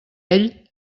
ell